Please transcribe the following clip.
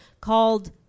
called